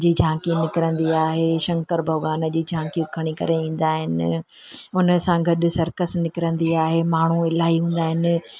जी झांकी निकिरंदी आहे शंकर भॻवान जूं झांकियूं खणी करे ईंदा आहिनि उन सां गॾु सर्कस निकरंदी आहे माण्हू इलाही हूंदा आहिनि